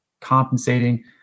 compensating